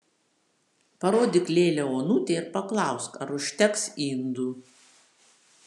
parodyk lėlę onutei ir paklausk ar užteks indų